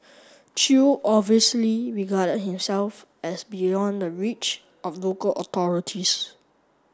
chew obviously regarded himself as beyond the reach of local authorities